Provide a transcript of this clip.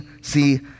see